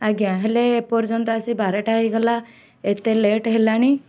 ଆଜ୍ଞା ହେଲେ ଏପର୍ଯ୍ୟନ୍ତ ଆସି ବାରଟା ହେଇଗଲା ଏତେ ଲେଟ୍ ହେଲାଣି